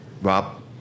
Rob